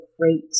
great